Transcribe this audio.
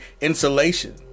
insulation